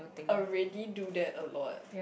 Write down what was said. already do that a lot